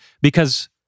Because-